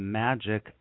magic